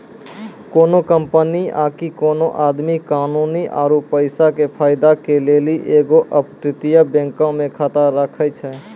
कोनो कंपनी आकि कोनो आदमी कानूनी आरु पैसा के फायदा के लेली एगो अपतटीय बैंको मे खाता राखै छै